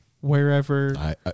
wherever